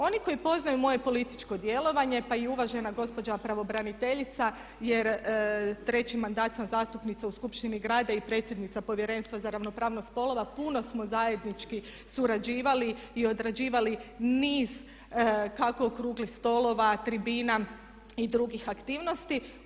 Oni koji poznaju moje političko djelovanje pa i uvažena gospođa pravobraniteljica je treći mandat sam zastupnica u skupštini grada i predsjednica povjerenstva za ravnopravnost spolova, puno smo zajednički surađivali i odrađivali niz kako okruglih stolova, tribina i drugih aktivnosti.